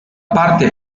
parte